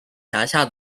辖下